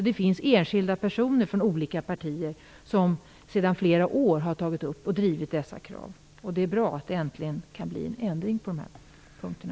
Det finns alltså enskilda personer i olika partier som sedan flera år driver detta krav. Det är bra att det äntligen kan bli en ändring på den punkten.